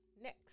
next